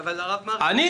אנחנו